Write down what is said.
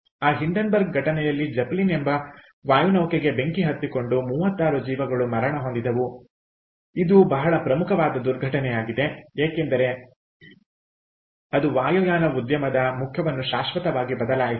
ಆ ಹಿಂಡೆನ್ಬರ್ಗ್ ಘಟನೆಯಲ್ಲಿ ಜೆಪ್ಪೆಲಿನ್ ಎಂಬ ವಾಯುನೌಕೆಗೆ ಬೆಂಕಿ ಹೊತ್ತಿಕೊಂಡು 36 ಜೀವಗಳು ಮರಣ ಹೊಂದಿದವು ಇದು ಬಹಳ ಪ್ರಮುಖವಾದ ದುರ್ಘಟನೆಯಾಗಿದೆ ಏಕೆಂದರೆ ಅದು ವಾಯುಯಾನ ಉದ್ಯಮದ ಮುಖವನ್ನು ಶಾಶ್ವತವಾಗಿ ಬದಲಾಯಿಸಿತು